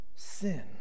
sin